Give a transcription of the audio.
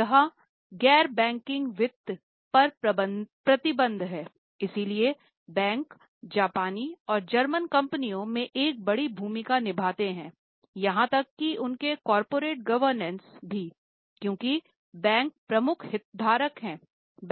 यहाँ गैर बैंकिंग वित्त पर प्रतिबंध है इसलिए बैंक जापानी और जर्मन कंपनियों में एक बड़ी भूमिका निभाते हैं यहाँ तक कि उनके कॉर्पोरेट गवर्नेंस भी क्योंकि बैंक प्रमुख हितधारक हैं